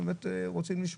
אנחנו בדיון חוזר,